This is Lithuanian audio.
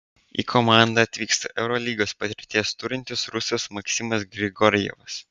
į komandą atvyksta eurolygos patirties turintis rusas maksimas grigorjevas